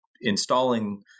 installing